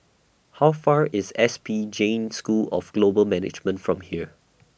How Far away IS S P Jain School of Global Management from here